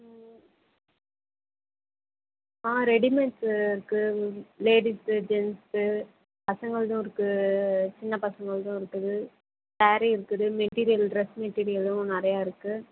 ம் ஆ ரெடிமேட்ஸ்ஸு இருக்கு லேடிஸு ஜென்ஸு பசங்கள்தும் இருக்கு சின்ன பசங்கள்தும் இருக்குது சாரீ இருக்குது மெட்டிரியல் ட்ரெஸ் மெட்டிரியலும் நிறையா இருக்கு